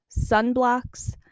sunblocks